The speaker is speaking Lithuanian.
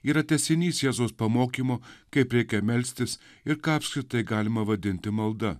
yra tęsinys jėzaus pamokymo kaip reikia melstis ir ką apskritai galima vadinti malda